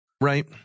Right